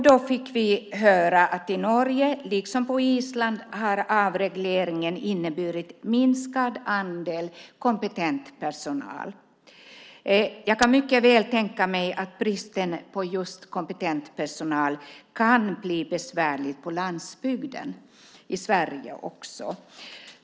Då fick vi höra att i Norge, liksom på Island, har avregleringen inneburit en minskad andel kompetent personal. Jag kan mycket väl tänka mig att bristen på just kompetent personal kan bli besvärlig på landsbygden i Sverige också.